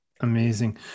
amazing